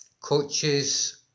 coaches